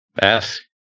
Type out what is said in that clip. Ask